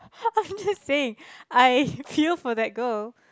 I'm just saying I feel for that girl